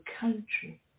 country